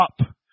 up